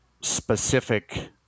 specific